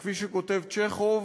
כפי שכותב צ'כוב,